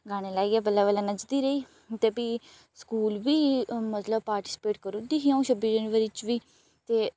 गाने लाइयै बल्लें बल्लें नच्चदी रेही ते भी स्कूल बी पार्टिसिपेट मतलब करी ओड़दी ही अ'ऊं छब्बी जनवरी बिच बी